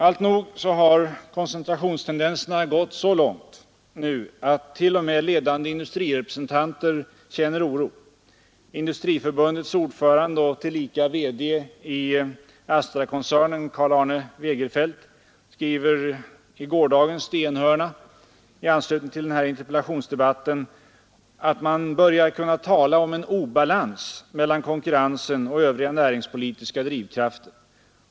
Alltnog har koncentrationstendenserna gått så långt nu att t.o.m. ledande industrirepresentanter känner oro. Industriförbundets ordförande och tillika VD i Astrakoncernen Karl-Arne Wegerfelt skriver i gårdagens DN-hörna i anslutning till den här interpellationsdebatten att ”man börjar kunna tala om en obalans mellan konkurrensen och övriga näringspolitiska drivkrafter”.